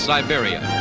Siberia